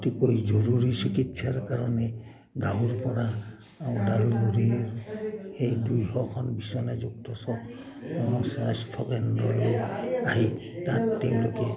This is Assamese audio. অতিকৈ জৰুৰী চিকিৎসাৰ কাৰণে গাঁৱৰপৰা ওদালগুৰিৰ সেই দুইশখন বিছনযুক্ত স্বাস্থ্যকেন্দ্ৰলৈ আহি তাত তেওঁলোকে